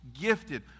gifted